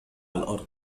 الأرض